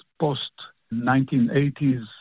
post-1980s